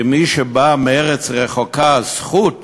כמי שבא מארץ רחוקה, זכות